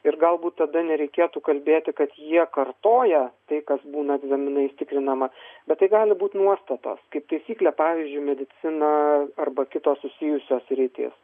ir galbūt tada nereikėtų kalbėti kad jie kartoja tai kas būna egzaminais tikrinama bet tai gali būti nuostatos kaip taisyklė pavyzdžiui medicina arba kitos susijusios sritys